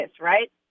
right